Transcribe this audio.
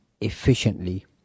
efficiently